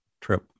trip